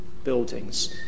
Buildings